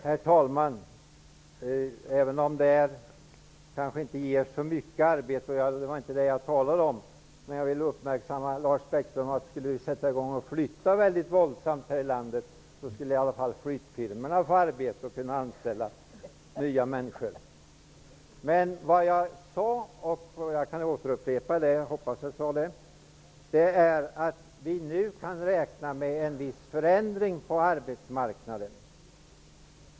Herr talman! Jag menade inte att det skulle ge så mycket arbeten. Men jag vill uppmärksamma Lars Bäckström på att om folk började flytta våldsamt här i landet, skulle i alla fall flyttfirmorna få arbete och kunna nyanställa människor. Jag skall upprepa vad jag sade: Vi kan nu räkna med en viss förändring på arbetsmarknaden.